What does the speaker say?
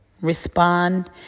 respond